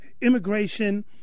immigration